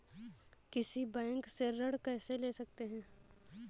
किसी बैंक से ऋण कैसे ले सकते हैं?